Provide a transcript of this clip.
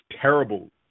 terrible